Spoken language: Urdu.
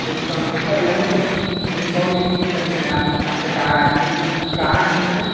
ڈسکاؤنٹ سر میں نے تو ڈسکاؤنٹ ہی کر کے میں نے آپ آپ سے کہا ہے ایکچلی مطلب گاہک ہیں ہمارے